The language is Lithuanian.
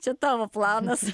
čia tavo planas